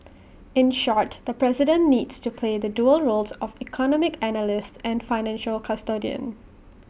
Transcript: in short the president needs to play the dual roles of economic analyst and financial custodian